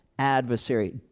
adversary